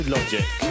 Logic